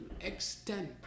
extend